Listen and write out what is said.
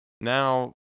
Now